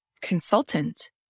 consultant